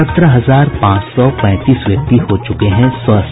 सत्रह हजार पांच सौ पैंतीस व्यक्ति हो चूके हैं स्वस्थ